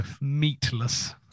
Meatless